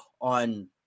on